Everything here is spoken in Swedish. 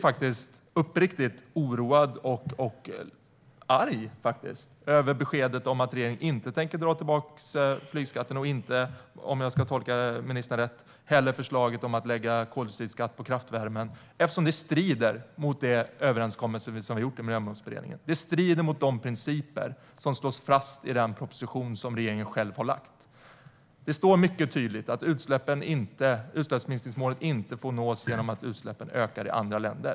Jag blir uppriktigt oroad och arg över beskedet att regeringen inte tänker dra tillbaka flygskatten och inte heller, om jag tolkar ministern rätt, förslaget om att lägga koldioxidskatt på kraftvärme eftersom det strider mot den överenskommelse vi har gjort i Miljömålsberedningen. Det strider mot de principer som slås fast i den proposition som regeringen själv har lagt fram. Det står mycket tydligt att utsläppsminskningsmålet inte får nås genom att utsläppen ökar i andra länder.